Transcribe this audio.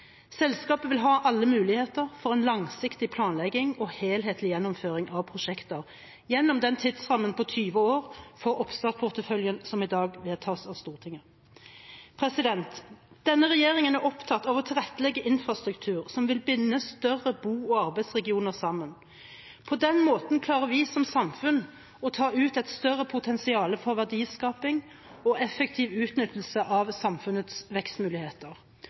Selskapet vil ha alle muligheter for en langsiktig planlegging og helhetlig gjennomføring av prosjekter gjennom den tidsrammen på 20 år for oppstartporteføljen som i dag vedtas av Stortinget. Denne regjeringen er opptatt av å tilrettelegge infrastruktur som vil binde større bo- og arbeidsregioner sammen. På den måten klarer vi som samfunn å ta ut et større potensial for verdiskaping og effektiv utnyttelse av samfunnets vekstmuligheter,